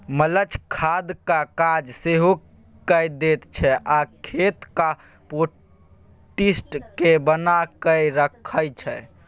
mulch खादक काज सेहो कए दैत छै आ खेतक पौष्टिक केँ बना कय राखय छै